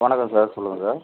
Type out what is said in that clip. வணக்கம் சார் சொல்லுங்க சார்